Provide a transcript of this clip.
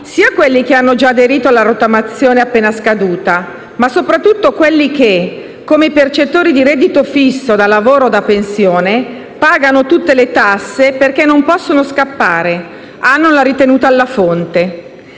sia chi aveva già aderito alla rottamazione appena scaduta, ma soprattutto quelli che, come i percettori di reddito fisso, da lavoro o da pensione, pagano tutte le tasse perché non possono scappare in quanto hanno la ritenuta alla fonte.